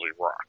Rock